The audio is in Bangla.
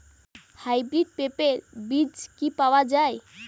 হাইব্রিড পেঁপের বীজ কি পাওয়া যায়?